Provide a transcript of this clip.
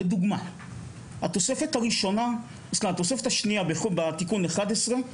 לדוגמה, התוספת השנייה בתיקון 11,